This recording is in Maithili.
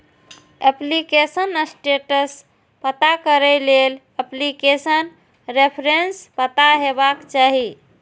एप्लीकेशन स्टेटस पता करै लेल एप्लीकेशन रेफरेंस पता हेबाक चाही